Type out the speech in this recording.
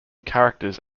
characters